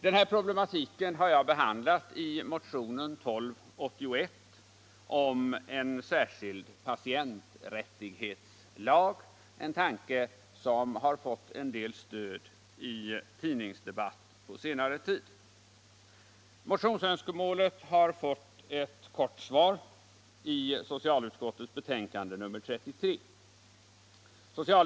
Den här problematiken har jag behandlat i motionen 1281 om en särskild patienträttighetslag — en tanke som har fått en del stöd i tidningsdebatten på senare tid. Motionsönskemålet har fått ett kort svar i socialutskottets betänkande nr 33.